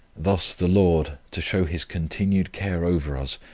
thus the lord, to show his continued care over us,